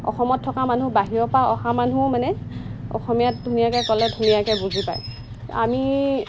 অসমত থকা মানুহ বাহিৰৰপৰা অহা মানুহো মানে অসমীয়াত ধুনীয়াকৈ ক'লে ধুনীয়াকৈ বুজি পায় আমি